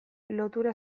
lotura